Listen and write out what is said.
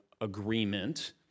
agreement